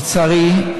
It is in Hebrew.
לצערי,